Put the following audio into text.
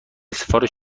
سفارش